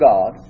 God